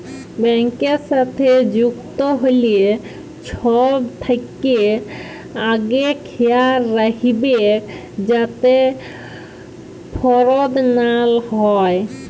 ব্যাংকের সাথে যুক্ত হ্যলে ছব থ্যাকে আগে খেয়াল রাইখবেক যাতে ফরড লা হ্যয়